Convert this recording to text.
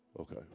Okay